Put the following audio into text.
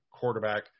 quarterback